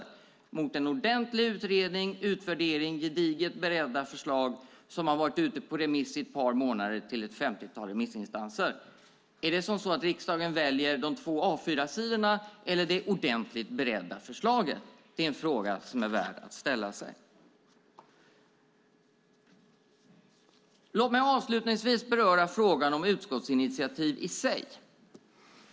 Ställ förslaget mot en ordentlig utredning och utvärdering och gediget beredda förslag som har varit ute på remiss i ett par månader till ett femtiotal remissinstanser! Väljer riksdagen de två A4-sidorna eller det ordentligt beredda förslaget? Det är en fråga som är värd att ställa sig. Låt mig avslutningsvis beröra frågan om utskottsinitiativ i sig.